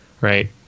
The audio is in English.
right